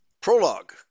Prologue